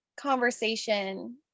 conversation